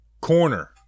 Corner